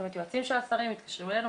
זאת אומרת יועצים של השרים מתקשרים אלינו,